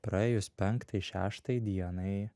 praėjus penktai šeštai dienai